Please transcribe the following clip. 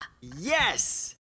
Yes